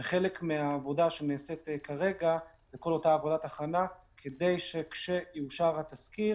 חלק מהעבודה שנעשית כרגע זו כל אותה עבודת הכנה כדי שכשיאושר התזכיר